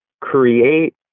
create